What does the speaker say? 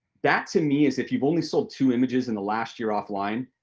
that to me is if you've only sold two images in the last year offline,